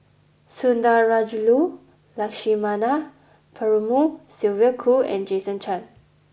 Sundarajulu Lakshmana Perumal Sylvia Kho and Jason Chan